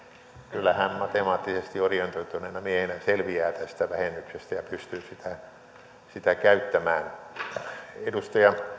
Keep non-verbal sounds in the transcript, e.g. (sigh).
kyllä hän matemaattisesti orientoituneena miehenä selviää tästä vähennyksestä ja pystyy sitä sitä käyttämään edustaja (unintelligible)